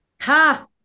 Ha